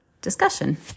discussion